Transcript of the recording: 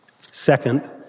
Second